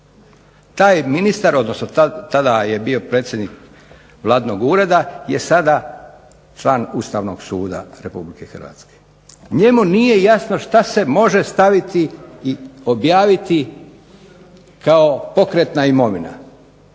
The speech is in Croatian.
Taj ministar, odnosno tada je bio predsjednik Vladinog ureda je sada član Ustavnog suda RH. Njemu nije jasno što se može staviti i objaviti kao pokretna imovina.